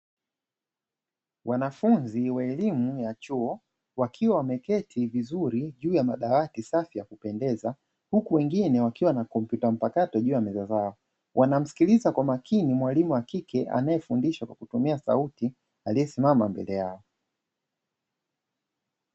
Wanafunzi wa elimu ya chuo, wakiwa wameketi vizuri juu ya madawati safi ya kupendeza, huku wengine wakiwa na kompyuta mpakato juu ya meza zao. Wanamsikiliza kwa makini mwalimu wa kike anayefundisha kwa kutumia sauti, aliyesimama mbele yao.